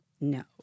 No